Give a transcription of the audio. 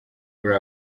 kuri